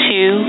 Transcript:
Two